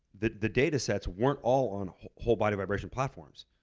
the the data sets weren't all on whole body vibration platforms.